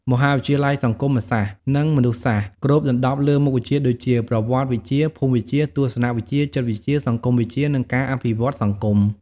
មហាវិទ្យាល័យសង្គមសាស្ត្រ និងមនុស្សសាស្ត្រ គ្របដណ្តប់លើមុខវិជ្ជាដូចជា ប្រវត្តិវិទ្យា ភូមិវិទ្យា ទស្សនវិជ្ជា ចិត្តវិទ្យា សង្គមវិទ្យា និងការអភិវឌ្ឍសង្គម។